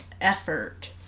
effort